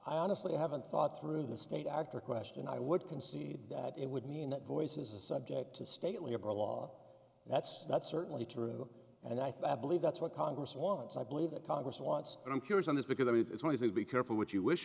i honestly haven't thought through the state actor question i would concede that it would mean that voice is subject to state labor law that's that's certainly true and i think i believe that's what congress wants i believe that congress wants and i'm curious on this because i mean it's going to be careful what you wish